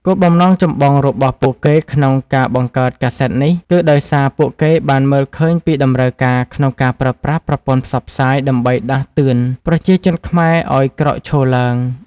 គោលបំណងចម្បងរបស់ពួកគេក្នុងការបង្កើតកាសែតនេះ គឺដោយសារពួកគេបានមើលឃើញពីតម្រូវការក្នុងការប្រើប្រាស់ប្រព័ន្ធផ្សព្វផ្សាយដើម្បីដាស់តឿនប្រជាជនខ្មែរឱ្យក្រោកឈរឡើង។